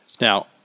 Now